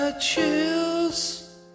chills